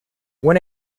when